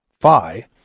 phi